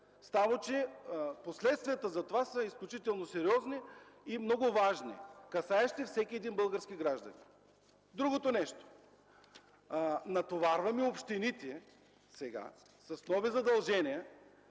Само че последствията от това са изключително сериозни и много важни, касаещи всеки български гражданин. Другото нещо. Натоварваме общините с нови задължения